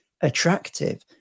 attractive